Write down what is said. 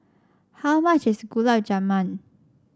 how much is Gulab Jamun